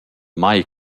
mai